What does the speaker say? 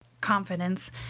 confidence